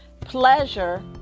pleasure